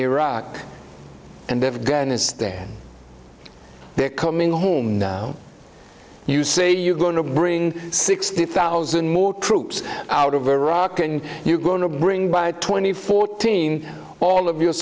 iraq and afghanistan they're coming home now you say you're going to bring sixty thousand more troops out of iraq and you're going to bring by twenty fourteen all of your